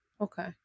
Okay